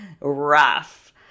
rough